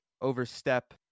overstep